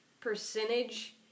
percentage